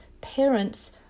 parents